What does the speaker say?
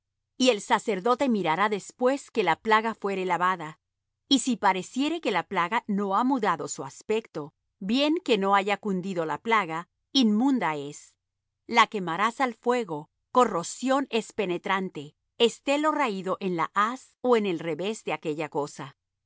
y el sacerdote mirará después que la plaga fuere lavada y si pareciere que la plaga no ha mudado su aspecto bien que no haya cundido la plaga inmunda es la quemarás al fuego corrosión es penetrante esté lo raído en la haz ó en el revés de aquella cosa